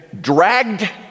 dragged